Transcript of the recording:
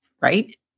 right